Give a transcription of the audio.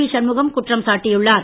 ஷண்முகம் குற்றம் சாட்டியுள்ளார்